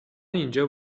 اینجا